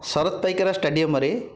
ଶରତ ପାଇକରାଏ ଷ୍ଟାଡ଼ିୟମ୍ରେ